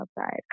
outside